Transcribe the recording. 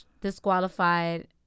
disqualified